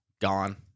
gone